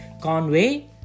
Conway